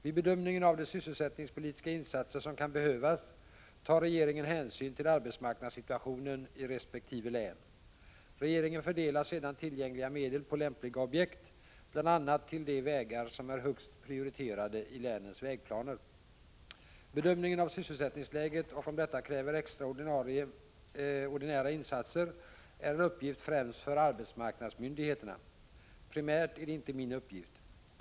Vid bedömningen av de sysselsättningspolitiska insatser som kan behövas tar regeringen hänsyn till arbetsmarknadssituationen i resp. län. Regeringen fördelar sedan tillgängliga medel på lämpliga objekt, bl.a. på de vägar som är högst prioriterade i länens vägplaner. Bedömningen av sysselsättningsläget och av om detta kräver extraordinära insatser är en uppgift främst för arbetsmarknadsmyndigheterna. Primärt är det inte min uppgift.